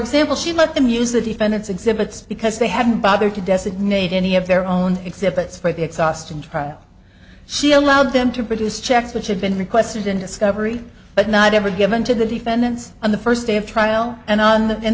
example she let them use the defendant's exhibits because they haven't bothered to designate any of their own exhibits for the exhaustion trial she allowed them to produce checks which had been requested in discovery but not ever given to the defendants on the first day of trial and on the in